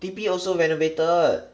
T_P also renovated